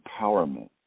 empowerment